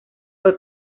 fue